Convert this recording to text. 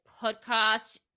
podcast